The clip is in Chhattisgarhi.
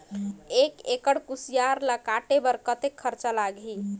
एक एकड़ कुसियार ल काटे बर कतेक खरचा लगही?